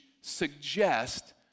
suggest